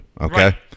Okay